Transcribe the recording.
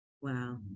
wow